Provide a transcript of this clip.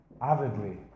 avidly